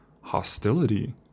hostility